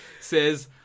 says